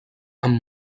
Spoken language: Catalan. amb